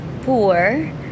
poor